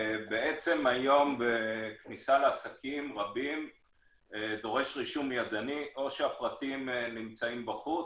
בעצם היום כניסה לעסקים רבים דורשת רישום ידני או שהפרטים נמצאים בחוץ,